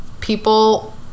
people